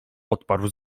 odparł